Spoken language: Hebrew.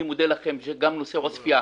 אני מודה לכם שגם נושא עוספייה,